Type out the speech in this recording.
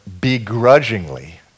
begrudgingly